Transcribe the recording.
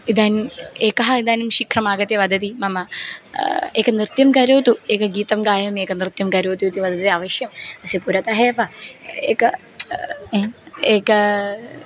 इदानीम् एकः इदानीं शीघ्रम् आगत्य वदति मम एकं नृत्यं करोतु एकं गीतं गायमि एकं नृत्यं करोतु इति वदति अवश्यं तस्य पुरतः एव एकम् एकम्